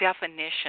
definition